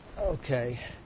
Okay